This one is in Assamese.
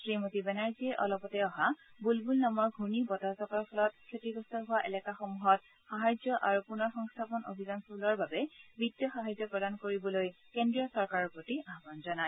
শ্ৰীমতী বেনাৰ্জীয়ে অলপতে অহা বুলবুল নামৰ ঘূৰ্ণি বতাহজাকৰ ফলত ক্ষতিগ্ৰস্ত হোৱা এলেকাসমূহত সাহায্য আৰু পুনৰসংস্থাপন অভিযান চলোৱাৰ বাবে বিত্তীয় সাহায্য প্ৰদান কৰিবলৈ কেন্দ্ৰীয় চৰকাৰৰ প্ৰতি আহবান জনায়